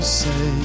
say